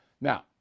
Now